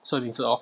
show 的名字 lor